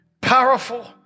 powerful